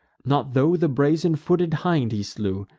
not tho' the brazen-footed hind he slew,